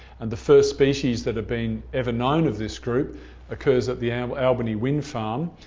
and the first species that had been ever known of this group occurs at the and albany wind farm,